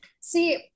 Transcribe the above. see